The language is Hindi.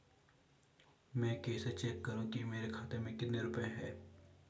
मैं कैसे चेक करूं कि मेरे खाते में कितने रुपए हैं?